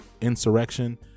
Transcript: insurrection